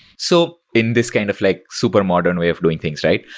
so in this kind of like super modern way of doing things, right?